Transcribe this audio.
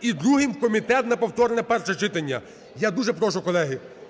і другим – в комітет на повторне перше читання. Я дуже прошу, колеги.